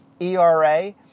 ERA